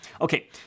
Okay